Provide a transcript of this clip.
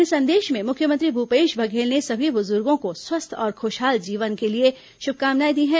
अपने संदेश में मुख्यमंत्री भूपेश बघेल ने सभी बुजुर्गों को स्वस्थ और खुशहाल जीवन के लिए शुभकामनाएं दी हैं